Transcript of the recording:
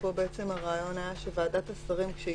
שפה בעצם הרעיון היה שוועדת השרים כשהיא